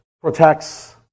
protects